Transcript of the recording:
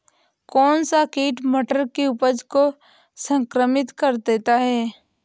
कौन सा कीट मटर की उपज को संक्रमित कर देता है?